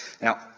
Now